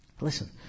Listen